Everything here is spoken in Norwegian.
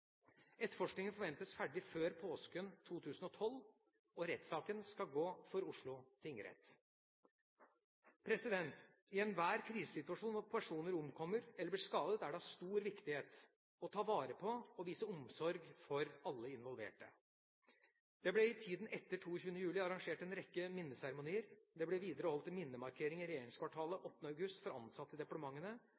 Etterforskningen forventes ferdig før påsken 2012. Rettssaken skal gå for Oslo tingrett. I enhver krisesituasjon hvor personer omkommer eller blir skadet, er det av stor viktighet å ta vare på og vise omsorg for alle involverte. Det ble i tida etter 22. juli arrangert en rekke minneseremonier. Det ble videre holdt en minnemarkering i regjeringskvartalet